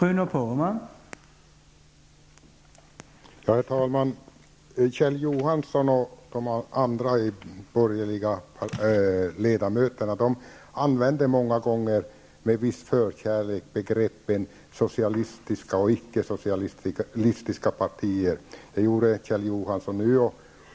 Herr talman! Kjell Johansson och de andra borgerliga ledamöterna använder många gånger med viss förkärlek begreppen socialistiska och ickesocialistiska partier. Det gjorde Kjell Johansson också nu.